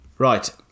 Right